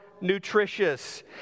nutritious